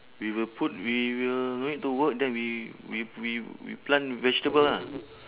we will put we will no need to work then we we we we plant vegetable lah